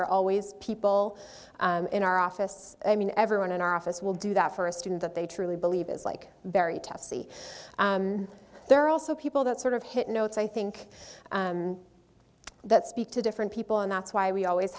are always people in our office i mean everyone in our office will do that for a student that they truly believe is like very testy there are also people that sort of hit notes i think that speak to different people and that's why we always